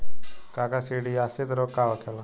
काकसिडियासित रोग का होखेला?